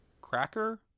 cracker